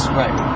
right